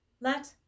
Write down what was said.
Let